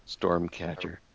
Stormcatcher